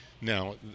now